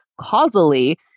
causally